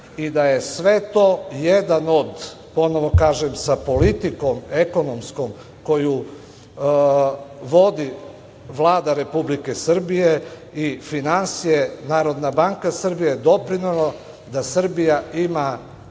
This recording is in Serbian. i da je sve to jedan od, ponovo kažem sa politikom ekonomskom koju vodi Vlada Republike Srbije i finansije, NBS doprinelo da Srbija ima